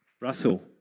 Russell